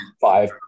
five